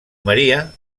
maria